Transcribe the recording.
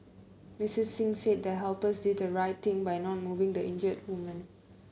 Missus Singh said the helpers did the right thing by not moving the injured woman